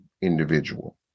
individual